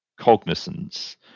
cognizance